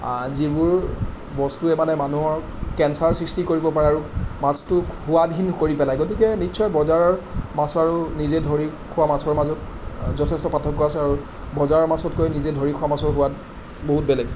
যিবোৰ বস্তুৱে মানে মানুহক কেন্সাৰ সৃ্ষ্টি কৰিব পাৰে আৰু মাছটোক সোৱাদহীন কৰি পেলাই গতিকে নিশ্চয় বজাৰৰ মাছ আৰু নিজে ধৰি খোৱা মাছৰ মাজত যথেষ্ট পাৰ্থক্য আছে আৰু বজাৰৰ মাছতকৈ নিজে ধৰি খোৱা মাছৰ সোৱাদ বহুত বেলেগ